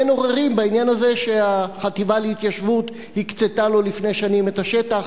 אין עוררין בעניין הזה שהחטיבה להתיישבות הקצתה לו לפני שנים את השטח.